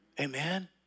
amen